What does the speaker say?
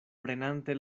prenante